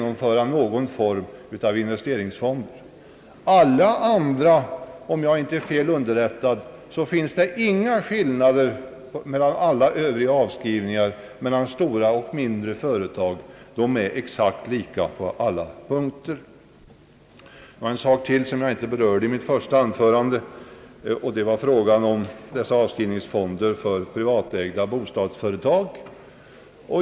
Om jag inte är felaktigt underrättad finns det i frå ga om Övriga avskrivningsmöjligheter ingen skillnad mellan stora och små företag, utan de är likställda. Jag vill sedan, herr talman, ta upp en sak som jag inte berörde i mitt första anförande, nämligen frågan om avskrivningsfonder för privatägda bostadsföretag.